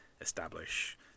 establish